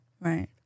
right